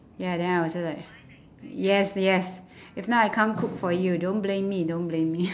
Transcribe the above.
ya then I'll also like yes yes if not I can't cook for you don't blame me don't blame me